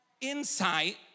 insight